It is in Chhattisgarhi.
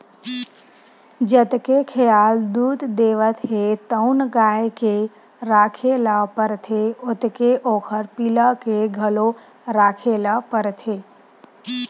जतके खियाल दूद देवत हे तउन गाय के राखे ल परथे ओतके ओखर पिला के घलो राखे ल परथे